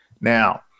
Now